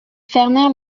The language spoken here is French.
fermèrent